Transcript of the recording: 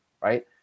right